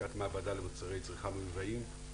"ביטול בדיקות מעבדה למוצרי צריכה מיובאים".